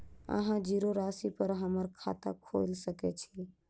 अहाँ जीरो राशि पर हम्मर खाता खोइल सकै छी?